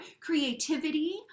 creativity